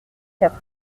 quatre